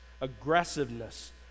Aggressiveness